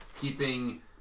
keeping